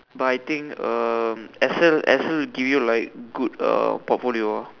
but I think um Excel Excel give you like good uh portfolio ah